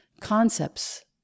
concepts